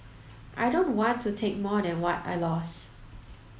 I don't want to take more than what I lost